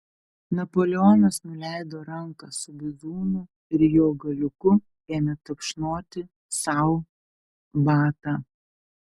napoleonas nuleido ranką su bizūnu ir jo galiuku ėmė tapšnoti sau batą